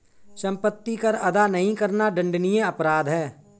सम्पत्ति कर अदा नहीं करना दण्डनीय अपराध है